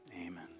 amen